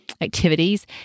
activities